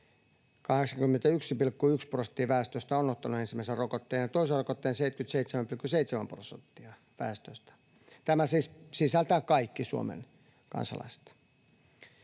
81,1 prosenttia väestöstä on ottanut ensimmäisen rokotteen ja toisen rokotteen 77,7 prosenttia väestöstä. Tämä siis sisältää kaikki Suomen kansalaiset.